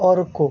अर्को